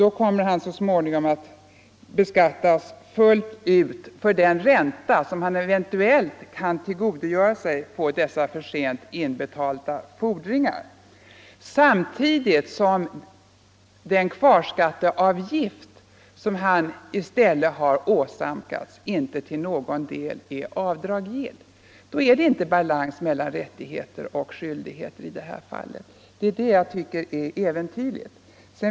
Då kommer han så småningom att beskattas fullt ut för den ränta som han eventuellt kan tillgodogöra sig på dessa för sent inbetalda fordringar, samtidigt som den kvarskatteavgift, som han i stället har åsamkats, inte till någon del är avdragsgill. I det här fallet är det inte balans mellan rättigheter och skyldigheter, och det är det jag tycker är äventyrligt.